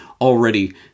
already